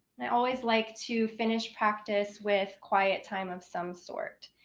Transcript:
i always like to finish practice with quiet time of some sort.